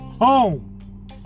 home